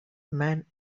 man